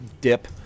dip